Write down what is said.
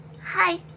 Hi